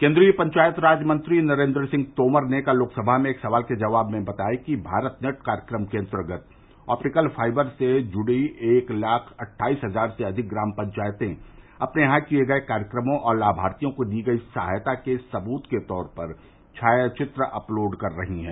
केन्द्रीय पंचायत राज मंत्री नरेन्द्र सिंह तोमर ने कल लोकसभा में एक सवाल के जवाब में बताया कि भारत नेट कार्यक्रम के अन्तर्गत अँप्टिकल फाइबर से जुड़ी एक लाख अट्ठाईस हजार से अधिक ग्राम पंचायतें अपने यहां किये गये कार्यक्रमों और लाभार्थियों को दी गई सहायता के सबूत के तौर पर छायाचित्र अपलोड कर रही हैं